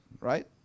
right